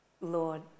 Lord